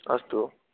अस्तु